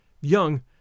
young